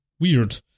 weird